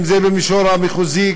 אם זה במישור המחוזי,